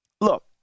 look